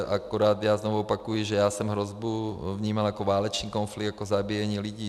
Akorát já znovu opakuji, že já jsem hrozbu vnímal jako válečný konflikt, jako zabíjení lidí.